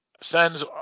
sends